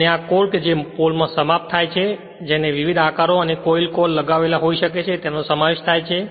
અને કોર કે જે પોલ માં સમાપ્ત થાય છે જેને વિવિધ આકારો અને કોઇલ કોર લગાવેલા હોઈ શકે છે તેનો સમાવેશ થાય છે